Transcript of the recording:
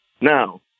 Now